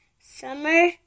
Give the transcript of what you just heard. Summer